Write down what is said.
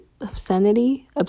Obscenity